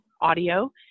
Audio